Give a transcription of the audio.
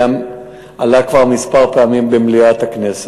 עלה כבר כמה פעמים במליאת הכנסת.